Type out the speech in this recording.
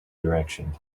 direction